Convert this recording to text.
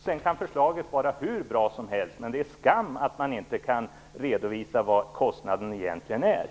Sedan kan förslaget vara hur bra som helst, men det är skam att man inte kan redovisa vad kostnaden egentligen blir.